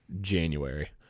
January